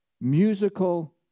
musical